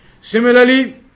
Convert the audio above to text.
Similarly